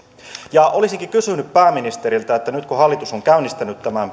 olisinkin kysynyt pääministeriltä nyt kun hallitus on käynnistänyt